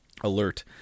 alert